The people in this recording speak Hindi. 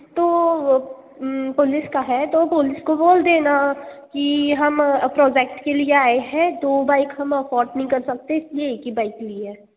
तो वो पुलिस का है तो पुलिस को बोल देना कि हम प्रोजेक्ट के लिए आए हैं दो बाइक हम अफोर्ड नहीं कर सकते इसीलिए एक ही बाइक लिए हैं